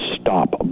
stop